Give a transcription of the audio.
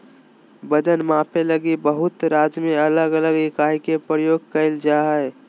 वजन मापे लगी बहुत राज्य में अलग अलग इकाई के प्रयोग कइल जा हइ